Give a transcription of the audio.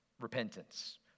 repentance